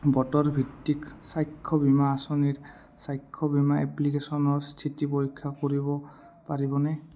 বতৰ ভিত্তিক চাক্ষ্য বীমা আঁচনি চাক্ষ্য বীমা এপ্লিকেশ্যনৰ স্থিতি পৰীক্ষা কৰিব পাৰিবনে